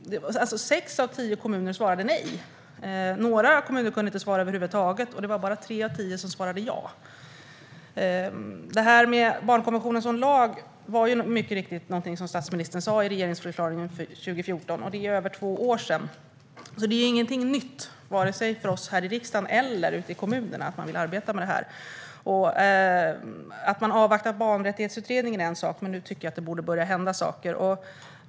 Sex av tio kommuner svarade nej, några kommuner kunde inte svara över huvud taget och bara tre av tio svarade ja. Barnkonventionen som lag var någonting som statsministern nämnde i regeringsförklaringen 2014. Detta är över två år sedan. Att regeringen vill arbeta med detta är med andra ord ingenting nytt, vare sig för oss här i riksdagen eller ute i kommunerna. Att man avvaktar Barnrättighetsutredningen är en sak, men nu tycker jag att det borde börja hända saker.